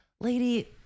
lady